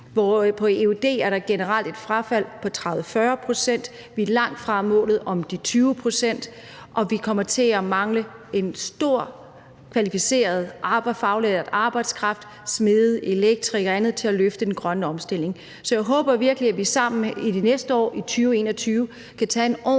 er på eud generelt et frafald på 30-40 pct. Vi er langt fra målet om de 20 pct., og vi kommer til at mangle en stor kvalificeret faglært arbejdskraft – smede, elektrikere og andet – til at løfte den grønne omstilling. Så jeg håber virkelig, at vi sammen i det næste år – i 2021 – kan tage en ordentlig